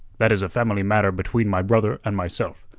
that is a family matter between my brother and myself.